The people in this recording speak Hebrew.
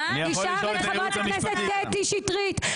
תשאל את חברת הכנסת קטי שטרית.